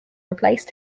replaced